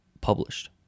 published